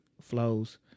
flows